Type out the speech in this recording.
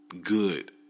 good